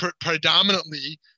predominantly